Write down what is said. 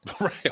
Right